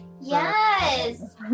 yes